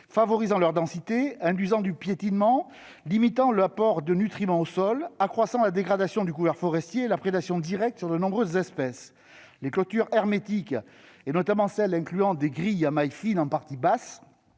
favorisent leur densité, induisent du piétinement, limitent l'apport de nutriments aux sols, accroissent la dégradation du couvert forestier et la prédation directe sur de nombreuses espèces. [...]« Les clôtures hermétiques, incluant des grilles à mailles fines en parties basses,